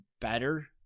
better